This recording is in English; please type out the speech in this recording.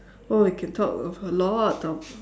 oh you can talk of a lot of